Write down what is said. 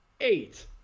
Eight